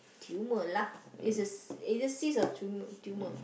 tumour lah it's a s~ it's a cyst or tumour tumour